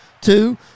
two